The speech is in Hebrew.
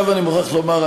עכשיו אני מוכרח לומר,